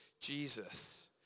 Jesus